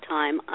time